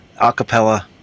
acapella